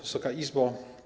Wysoka Izbo!